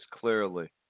clearly